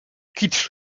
kicz